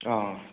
ꯑꯥ